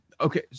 Okay